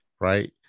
Right